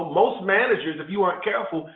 most managers, if you aren't careful,